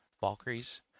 Valkyries